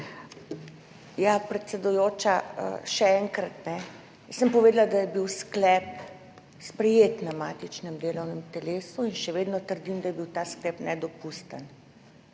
Predsedujoča, še enkrat, jaz sem povedala, da je bil sklep sprejet na matičnem delovnem telesu, in še vedno trdim, da je bil ta sklep nedopusten.